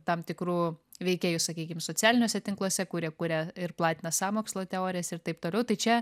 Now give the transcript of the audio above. tam tikrų veikėjų sakykim socialiniuose tinkluose kurie kuria ir platina sąmokslo teorijas ir taip toliau tai čia